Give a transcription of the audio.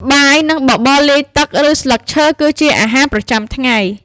បាយ និងបបរលាយទឹក ឬស្លឹកឈើគឺជាអាហារប្រចាំថ្ងៃ។